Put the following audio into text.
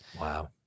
Wow